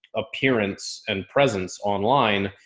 appearance and presence online,